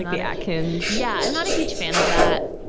the atkins. yeah. i'm not a huge fan of that.